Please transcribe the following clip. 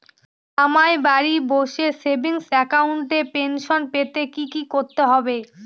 আমায় বাড়ি বসে সেভিংস অ্যাকাউন্টে পেনশন পেতে কি কি করতে হবে?